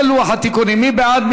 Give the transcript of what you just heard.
מי בעד?